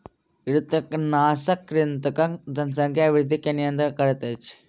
कृंतकनाशक कृंतकक जनसंख्या वृद्धि के नियंत्रित करैत अछि